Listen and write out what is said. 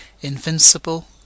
Invincible